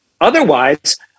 otherwise